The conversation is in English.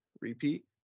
repeat